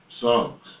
songs